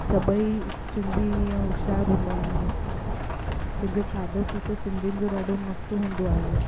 सभई सिंधी ईअं होशियारु हूंदा आहिनि कंहिंजो खाधो पीतो सिंधियुनि जो ॾाढो मस्तु हूंदो आहे